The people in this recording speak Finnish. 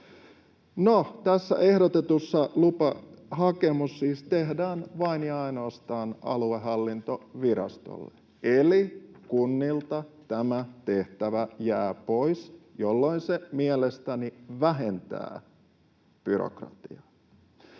tässä ehdotetussa laissa lupahakemus tehdään siis vain ja ainoastaan aluehallintovirastolle. Eli kunnilta tämä tehtävä jää pois, jolloin se mielestäni vähentää byrokratiaa.